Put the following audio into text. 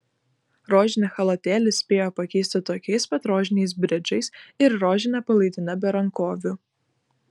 rožinį chalatėlį spėjo pakeisti tokiais pat rožiniais bridžais ir rožine palaidine be rankovių